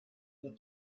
the